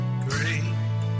great